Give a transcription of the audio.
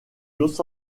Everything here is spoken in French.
los